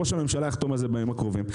ראש הממשלה יחתום על זה בימים הקרובים.